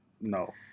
no